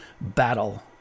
battle